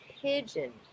pigeon